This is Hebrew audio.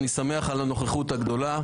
אני שמח על הנוכחות הגדולה.